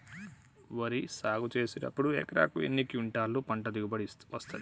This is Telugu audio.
వరి సాగు చేసినప్పుడు ఎకరాకు ఎన్ని క్వింటాలు పంట దిగుబడి వస్తది?